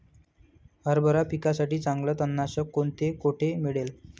हरभरा पिकासाठी चांगले तणनाशक कोणते, कोठे मिळेल?